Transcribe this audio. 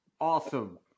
awesome